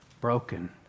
Broken